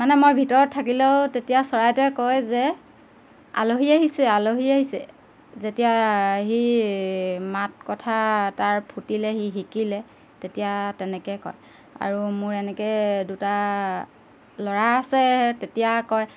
মানে মই ভিতৰত থাকিলেও তেতিয়া চৰাইটোৱে কয় যে আলহী আহিছে আলহী আহিছে যেতিয়া সি মাত কথা তাৰ ফুটিলে সি শিকিলে তেতিয়া তেনেকৈ কয় আৰু মোৰ এনেকে দুটা ল'ৰা আছে তেতিয়া কয়